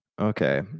okay